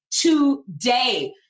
today